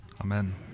Amen